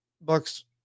Bucks